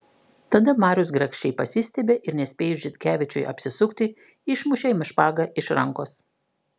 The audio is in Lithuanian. tada marius grakščiai pasistiebė ir nespėjus žitkevičiui apsisukti išmušė jam špagą iš rankos